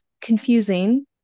confusing